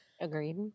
Agreed